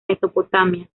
mesopotamia